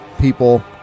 people